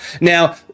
Now